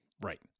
Right